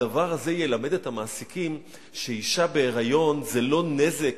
הדבר הזה ילמד את המעסיקים שאשה בהיריון זה לא נזק,